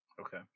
Okay